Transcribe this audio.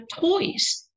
Toys